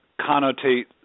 connotate